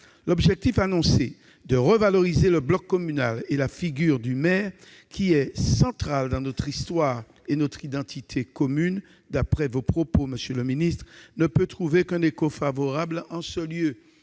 L'objectif annoncé de « revaloriser le bloc communal et la figure du maire, qui est centrale dans notre histoire et notre identité commune »- je reprends ici vos propos, monsieur le ministre -ne peut trouver qu'un écho favorable en ce lieu.